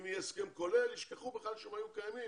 יהיה הסכם כולל ישכחו בכלל שהם היו קיימים,